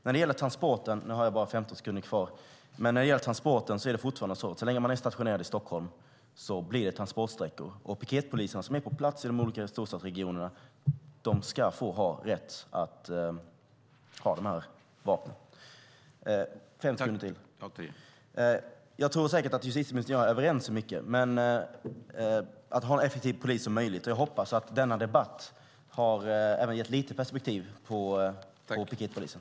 När det gäller transporter är det fortfarande så att så länge man är stationerad i Stockholm blir det transportsträckor. Piketpoliserna som är på plats i de olika storstadsregionerna ska ha rätt att ha dessa vapen. Jag tror säkert att justitieministern och jag är överens om mycket när det gäller att ha en så effektiv polis som möjligt. Jag hoppas att denna debatt även har gett lite perspektiv på piketpolisen.